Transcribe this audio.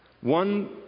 one